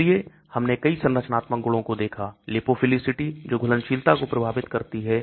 इसलिए हमने कई संरचनात्मक गुणों को देखा Lipophilicity जो घुलनशीलता को प्रभावित करती है